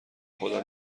خدا